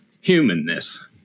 humanness